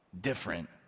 different